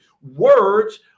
Words